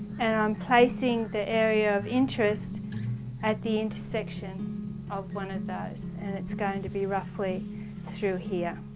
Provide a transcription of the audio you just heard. and i'm placing the area of interest at the intersection of one of those. and it's going to be roughly through here.